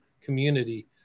community